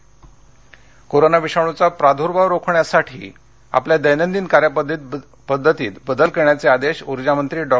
वीजमंडळ corona विषाणूचा प्रादूर्भाव रोखण्यासाठी आपल्या दर्मादिन कार्यपद्धतीत बदल करण्याचे आदेश ऊर्जामंत्री डॉ